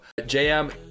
JM